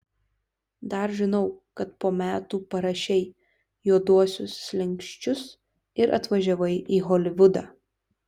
dar žinau kad po metų parašei juoduosius slenksčius ir atvažiavai į holivudą